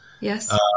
Yes